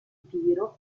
tiro